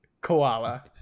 koala